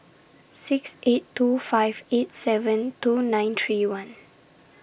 six eight two five eight seven two nine three one